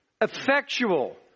effectual